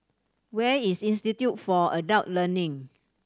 where is Institute for Adult Learning